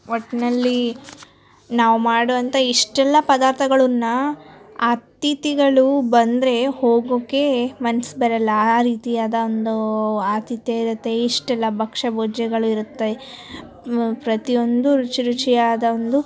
ಒಟ್ಟಿನಲ್ಲಿ ನಾವು ಮಾಡುವಂಥ ಇಷ್ಟೆಲ್ಲ ಪದಾರ್ಥಗಳನ್ನ ಅತಿಥಿಗಳು ಬಂದರೆ ಹೋಗೋಕ್ಕೆ ಮನ್ಸು ಬರಲ್ಲ ಆ ರೀತಿಯಾದ ಒಂದು ಆತಿಥ್ಯ ಇರತ್ತೆ ಇಷ್ಟೆಲ್ಲ ಭಕ್ಷ್ಯ ಭೋಜನಗಳಿರುತ್ತೆ ಪ್ರತಿ ಒಂದು ರುಚಿ ರುಚಿಯಾದ ಒಂದು